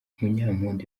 munyampundu